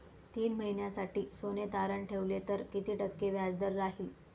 तीन महिन्यासाठी सोने तारण ठेवले तर किती टक्के व्याजदर राहिल?